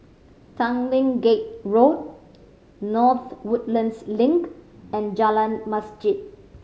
Tanglin Gate Road North Woodlands Link and Jalan Masjid